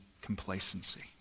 complacency